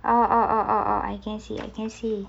oh oh oh oh oh I can see I can see